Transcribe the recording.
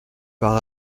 par